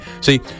See